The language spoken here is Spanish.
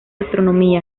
astronomía